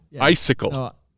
Icicle